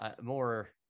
more